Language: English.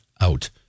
out